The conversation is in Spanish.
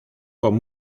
con